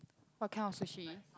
what kind of sushi